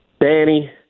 Danny